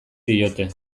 diote